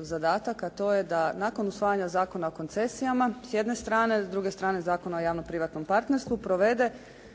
zadatak a to je da nakon usvajanja Zakona o koncesijama, s jedne strane, s druge strane Zakona o javno-privatnom partnerstvu provede